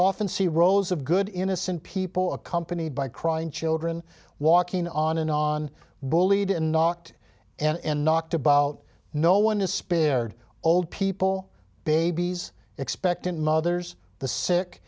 often see rows of good innocent people accompanied by crying children walking on and on bullied and knocked and knocked about no one is spared old people babies expectant mothers the sick